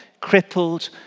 crippled